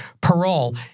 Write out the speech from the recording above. parole